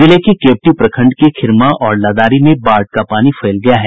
जिले के केवटी प्रखंड के खिरमा और लदारी में बाढ़ का पानी फैल गया है